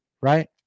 right